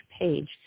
page